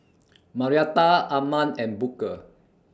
Marietta Arman and Booker